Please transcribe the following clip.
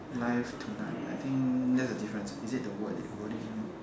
live tonight I think that's the difference is it the word~ wording